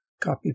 Copy